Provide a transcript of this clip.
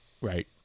Right